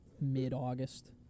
mid-August